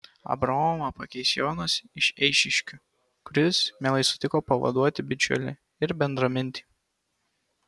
abraomą pakeis jonas iš eišiškių kuris mielai sutiko pavaduoti bičiulį ir bendramintį